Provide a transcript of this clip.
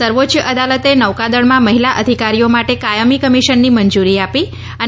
સર્વોચ્ય અદાલતે નૌકાદળમાં મહિલા અધિકારીઓ માટે કાયમી કમિશનની મંજુરી આપી છે